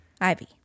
Ivy